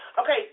Okay